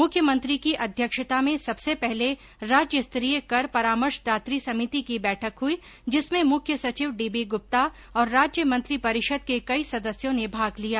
मुख्यमंत्री की अध्यक्षता में सबसे पहले राज्यस्तरीय कर परामर्शदात्री समिति की बैठक हुई जिसमें मुख्य संचिव डीबी गुप्ता और राज्य मंत्री परिषद के कई सदस्यों ने भाग लिया